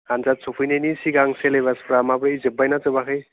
आनजाद सफैनायनि सिगां सेलेबासफोरा माबायदि जोब्बाय ना जोबाखै